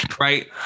Right